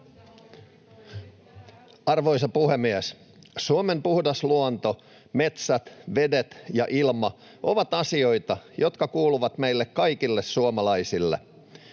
Arvoisa puhemies! Suomen puhdas luonto, metsät, vedet ja ilma ovat asioita, jotka kuuluvat meille kaikille suomalaisille.